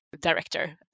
director